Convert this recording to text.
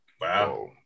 Wow